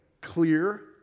clear